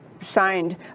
signed